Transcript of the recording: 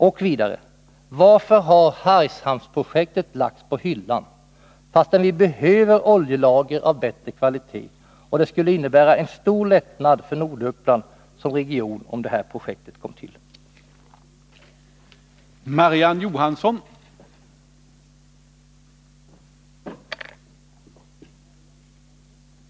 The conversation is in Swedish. Och vidare: Varför har Hargshamnsprojektet lagts på hyllan, fastän vi behöver oljelager av bättre kvalitet? Det skulle innebära en stor lättnad för Norduppland som region om det här projektet kom till stånd.